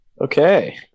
Okay